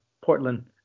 Portland